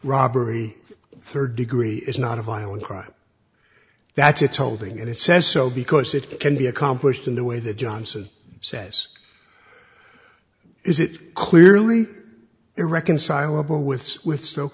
robbery rd degree is not a violent crime that it's holding and it says so because it can be accomplished in the way that johnson says is it clearly irreconcilable with with s